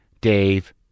Dave